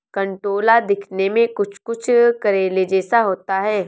कंटोला दिखने में कुछ कुछ करेले जैसा होता है